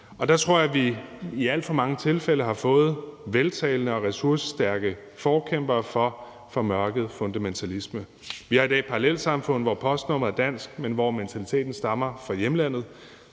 Der tror jeg, at vi i alt for mange tilfælde har fået veltalende og ressourcestærke forkæmpere for formørket fundamentalisme. Vi har i dag parallelsamfund, hvor postnummeret er dansk, men hvor mentaliteten stammer fra hjemlandet.